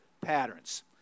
patterns